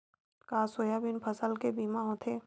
का सोयाबीन फसल के बीमा होथे?